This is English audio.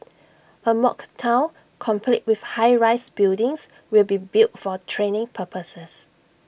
A mock Town complete with high rise buildings will be built for training purposes